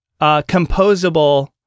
composable